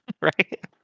Right